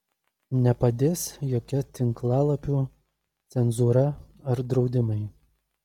nepadės jokia tinklalapių cenzūra ar draudimai